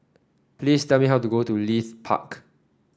please tell me how to get to Leith Park